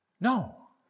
No